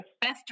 Best